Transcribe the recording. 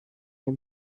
ein